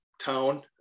town